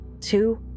Two